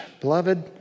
beloved